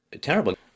terrible